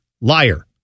Liar